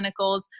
clinicals